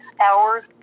hours